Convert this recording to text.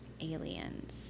aliens